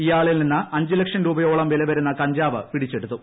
ഇയാളിൽ നിന്ന് അഞ്ചുലക്ഷം രൂപയോളം വിലവരുന്ന കഞ്ചാവ് പിടിച്ചെടുത്തു